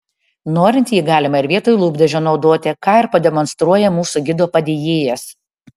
norint jį galima ir vietoj lūpdažio naudoti ką ir pademonstruoja mūsų gido padėjėjas